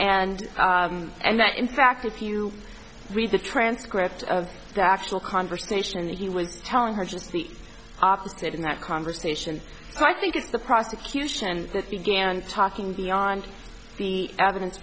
and and that in fact if you read the transcript of the actual conversation that he was telling her just the opposite in that conversation so i think it's the prosecution that began talking beyond the evidence